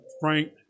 Frank